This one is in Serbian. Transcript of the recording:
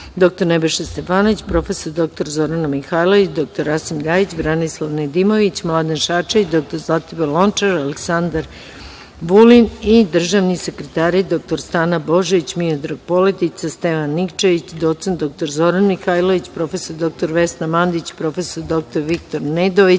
dr Nebojša Stefanović, prof. dr Zorana Mihajlović, dr Rasim LJajić, Branislav Nedimović, Mladen Šarčević, dr Zlatibor Lončar, Aleksandar Vulin i državni sekretari dr Stana Božović, Miodrag Poledica, Stevan Nikčević, doc. dr Zoran Mihajlović, prof. dr Vesna Mandić, prof. dr Viktor Medović,